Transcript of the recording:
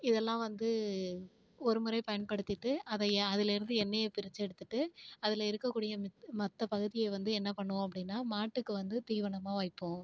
இதெல்லாம் வந்து ஒரு முறை பயன்படுத்திட்டு அதை அதுலேருந்து எண்ணெய பிரிச்சி எடுத்துட்டு அதுல இருக்க கூடிய மத்த மத்த பகுதியை வந்து என்ன பண்ணுவோம் அப்படினா மாட்டுக்கு வந்து தீவனமாக வைப்போம்